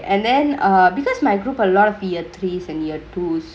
and then err because my group a lot of year threes and year twos